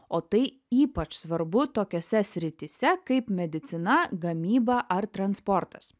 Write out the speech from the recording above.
o tai ypač svarbu tokiose srityse kaip medicina gamyba ar transportas